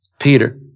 Peter